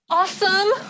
awesome